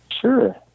Sure